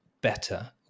better